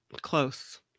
Close